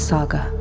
Saga